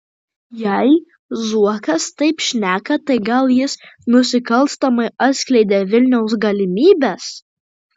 jei zuokas taip šneka tai gal jis nusikalstamai atskleidė vilniaus galimybes